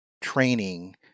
training